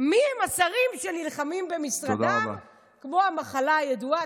מי הם השרים שנלחמים במשרדם כמו המחלה הידועה,